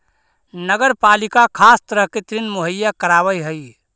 नगर पालिका खास तरह के ऋण मुहैया करावऽ हई